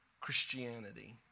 Christianity